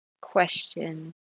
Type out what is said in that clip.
Question